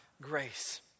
grace